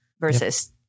versus